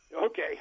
Okay